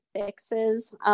fixes